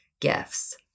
gifts